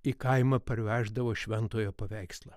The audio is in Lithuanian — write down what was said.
į kaimą parveždavo šventojo paveikslą